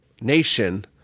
nation